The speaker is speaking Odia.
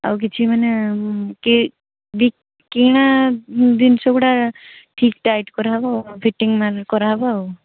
ଆଉ କିଛି ମାନେ କି ବି କିଣା ଜିନଷ ଗୁଡ଼ା ଠିକ୍ ଟାଇଟ୍ କରାହେବ ଫିଟିଙ୍ଗ୍ କରାହେବ ଆଉ